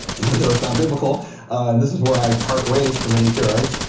even though it's not biblical and this is where i part ways from any karaites.